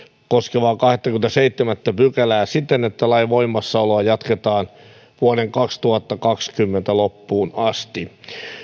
koskevaa kahdettakymmenettäseitsemättä pykälää siten että lain voimassaoloa jatketaan vuoden kaksituhattakaksikymmentä loppuun asti